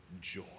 joy